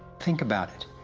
think about it!